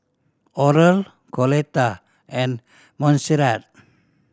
Oral Coletta and Monserrat